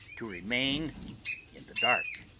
to remain in the dark.